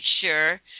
sure